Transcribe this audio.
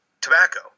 tobacco